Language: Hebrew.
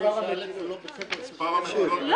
היא צודקת.